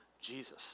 Jesus